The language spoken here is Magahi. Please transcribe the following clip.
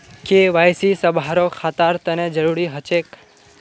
के.वाई.सी सभारो खातार तने जरुरी ह छेक